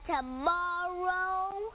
tomorrow